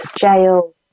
jail